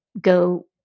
go